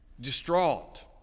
distraught